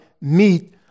meet